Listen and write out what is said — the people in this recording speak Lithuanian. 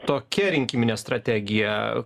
tokia rinkiminė strategija